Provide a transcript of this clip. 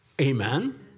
Amen